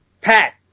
Pat